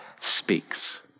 speaks